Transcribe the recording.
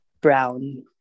brown